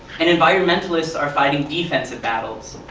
and environmentalists are fighting defensive battles.